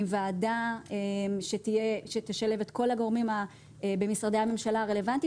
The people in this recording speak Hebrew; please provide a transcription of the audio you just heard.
עם ועדה שתשלב את כל הגורמים במשרדי הממשלה הרלוונטי.